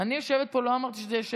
אני יושבת פה, לא אמרתי שזה יהיה שמית.